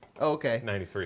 Okay